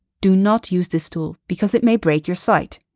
do not use this tool because it may break your site.